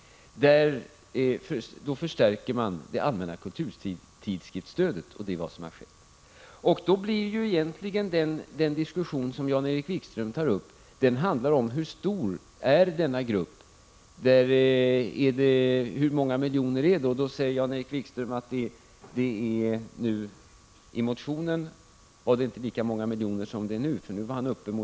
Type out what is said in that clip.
Det är också vad som har skett. Då bör egentligen den diskussion som Jan-Erik Wikström tar upp handla om hur stor denna grupp skall vara och hur många miljoner det rör sig om. Jan-Erik Wikström säger nu att behovet är 20-25 miljoner, om jag uppfattade det rätt.